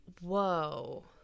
Whoa